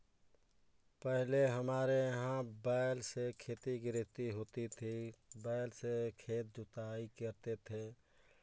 पहले हमारे यहाँ बैल से खेती गृहस्थी होती थी बैल से खेत जुताई करते थे